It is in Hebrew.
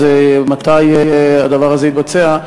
מתי הדבר הזה יתבצע.